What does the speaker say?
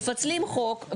מפצלים חוק,